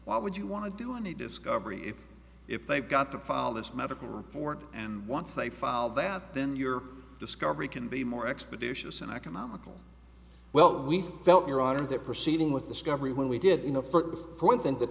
why would you want to do any discovery if if they've got to file this medical report and once they file that then your discovery can be more expeditious and economical well we felt your honor that proceeding with the sky every when we did you know for the